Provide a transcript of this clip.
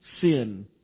sin